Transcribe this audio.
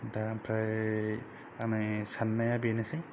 दा ओमफ्राय आंनि साननाया बेनोसै